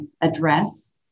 address